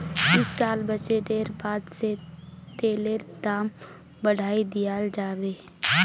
इस साल बजटेर बादे से तेलेर दाम बढ़ाय दियाल जाबे